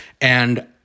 and-